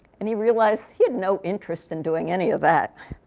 and he realized he had no interest in doing any of that.